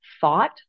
thought